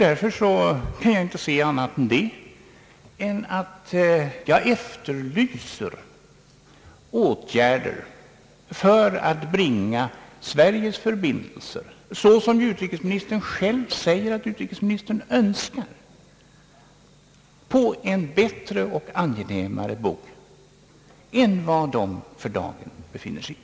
Därför kan jag inte säga annat än att jag efterlyser åtgärder för att bringa Sveriges förbindelser med Amerika på en, som utrikesministern själv säger att han önskar, bättre och angenämare bog än de för dagen befinner sig på.